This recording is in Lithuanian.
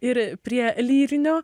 ir prie lyrinio